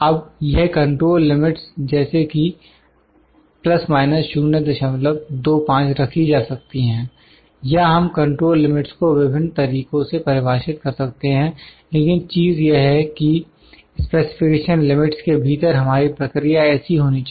अब यह control limits जैसे कि ±025 रखी जा सकती हैं या हम कंट्रोल लिमिट्स को विभिन्न तरीकों से परिभाषित कर सकते हैं लेकिन चीज यह है कि स्पेसिफिकेशन लिमिट्स के भीतर हमारी प्रक्रिया ऐसी होनी चाहिए